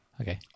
Okay